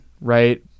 Right